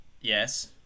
Yes